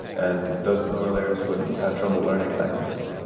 and those lower layers would have trouble learning in that case.